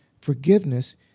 forgiveness